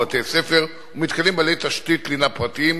בתי-ספר ומתקנים בעלי תשתית לינה פרטיים,